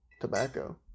tobacco